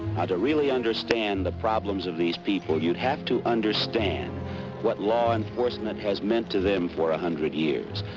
to really understand the problems of these people, you'd have to understand what law enforcement has meant to them for a hundred years.